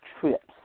trips